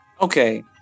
Okay